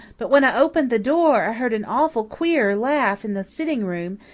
but when i opened the door, i heard an awful queer laugh in the sitting-room,